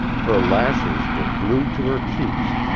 her lashes were glued to her cheeks,